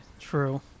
true